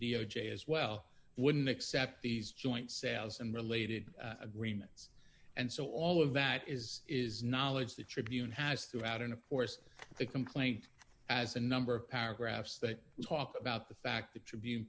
d o j as well wouldn't accept these joint sales and related agreements and so all of that is is knowledge the tribune has throughout and of course the complaint as a number of paragraphs that talk about the fact the tribune